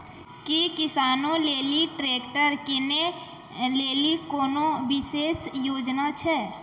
कि किसानो लेली ट्रैक्टर किनै लेली कोनो विशेष योजना छै?